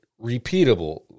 repeatable